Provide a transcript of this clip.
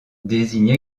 désigne